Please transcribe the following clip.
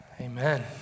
Amen